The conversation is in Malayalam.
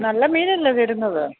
നല്ല മീനല്ലേ തരുന്നത്